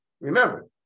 remember